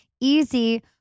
Easy